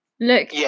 look